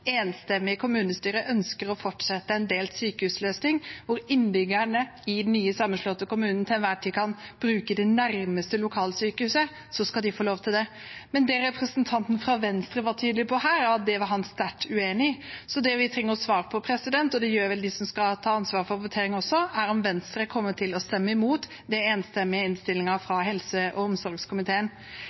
kommunestyre enstemmig ønsker å fortsette med en delt sykehusløsning, der innbyggerne i den nye, sammenslåtte kommunen til enhver tid kan bruke det nærmeste lokalsykehuset, skal de få lov til det. Men det representanten fra Venstre var tydelig på her, var at det var han sterkt uenig i. Så det vi trenger svar på – det gjør vel de som har ansvaret for voteringen også – er om Venstre kommer til å stemme imot den enstemmige innstillingen fra helse- og omsorgskomiteen.